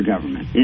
government